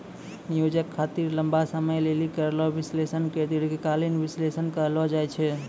नियोजन खातिर लंबा समय लेली करलो विश्लेषण के दीर्घकालीन विष्लेषण कहलो जाय छै